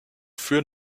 für